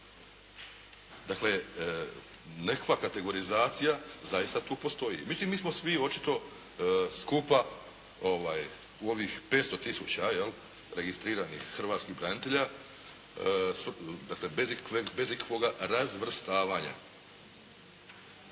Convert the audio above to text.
Dakle, nekakva kategorizacija zaista tu postoji. I mislim mi smo svi očito skupa u ovih 500 000 registriranih hrvatskih branitelja, dakle bez ikakvoga razvrstavanja.